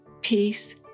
peace